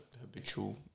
habitual